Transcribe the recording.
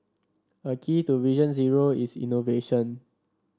a key to Vision Zero is innovation